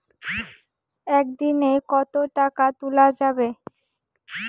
একদিন এ কতো টাকা তুলা যাবে?